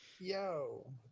Yo